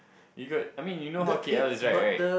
you got I mean you know how K_L is like right